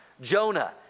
Jonah